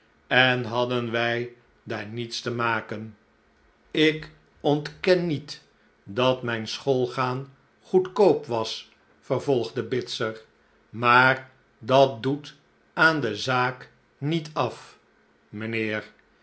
en hadden wij daar niets te maken ik ontken niet dat mijn schoolgaan goedkoop was vervolgde bitzer maar dat doet aan de zaak niet af mijnheer